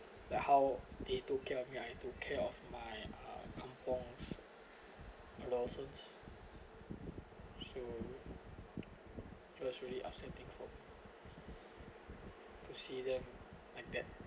that how they took care of me I took care of my uh kampung lawsuits so it was really upsetting for to see them like that